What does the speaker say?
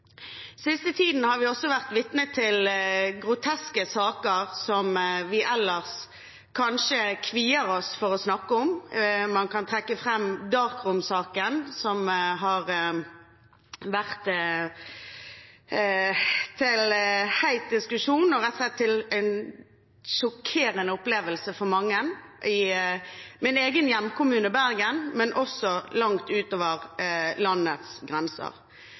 siste tiden har vi også vært vitne til groteske saker, som vi ellers kanskje kvier oss for å snakke om. Man kan trekke fram Dark Room-saken, som har vært til het diskusjon og en sjokkerende opplevelse for mange i min egen hjemkommune, Bergen, men også langt utover landets grenser.